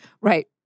Right